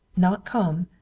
not come?